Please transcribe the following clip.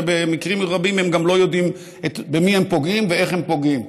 ובמקרים רבים הם גם לא יודעים במי הם פוגעים ואיך הם פוגעים.